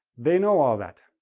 they know all that!